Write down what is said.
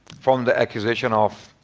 from the accusation of